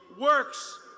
works